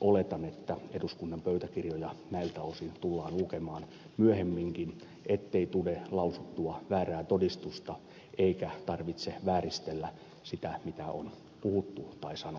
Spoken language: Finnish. oletan että eduskunnan pöytäkirjoja näiltä osin tullaan lukemaan myöhemminkin ettei tule lausuttua väärää todistusta eikä tarvitse vääristellä sitä mitä on puhuttu tai sanottu